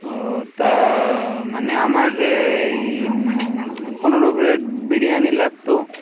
ও তা মানে আমার এই পনেরো প্লেট বিরিয়ানি লাগতো